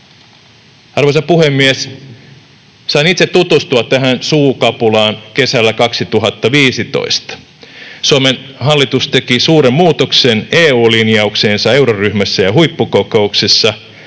Arvoisa puhemies! Sain itse tutustua tähän suukapulaan kesällä 2015. Suomen hallitus teki suuren muutoksen EU-linjaukseensa euroryhmässä ja huippukokouksissa,